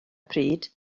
pryd